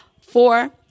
Four